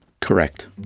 Correct